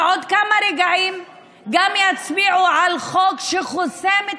ובעוד כמה רגעים גם יצביעו על חוק שחוסם את